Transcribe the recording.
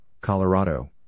Colorado